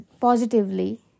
positively